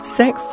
sex